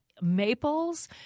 maples